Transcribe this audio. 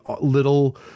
little